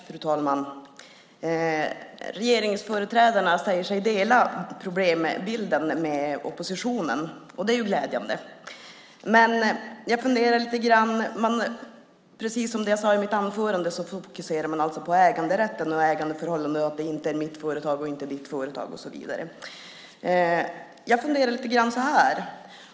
Fru talman! Regeringsföreträdarna säger sig dela problembilden med oppositionen. Det är ju glädjande. Men precis som jag sade i mitt anförande fokuserar man på äganderätten och ägandeförhållanden. Det är inte mitt företag, inte ditt företag och så vidare.